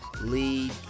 lead